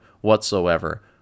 whatsoever